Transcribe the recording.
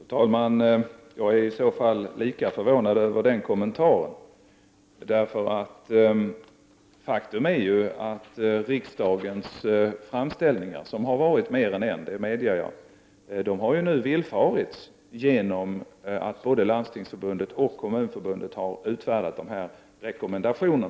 Herr talman! Elisabeth Fleetwood säger att hon är förvånad, men jag är i så fall lika förvånad över hennes kommentar. Faktum är ju att riksdagens framställningar — som har varit fler än en, det medger jag — nu har villfarits genom att både Landstingsförbundet och Kommunförbundet har utfärdat dessa rekommendationer.